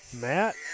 Matt